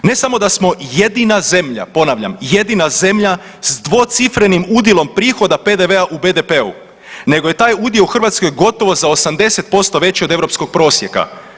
Ne samo da smo jedina zemlja, ponavljam jedina zemlja s dvocifrenim udjelom prihoda PDV-a u BDP-u, nego je taj udio u Hrvatskoj gotovo za 80% veći od europskog prosjeka.